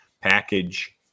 package